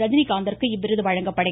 ரஜினிகாந்திற்கு இவ்விருது வழங்கப்படுகிறது